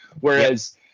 Whereas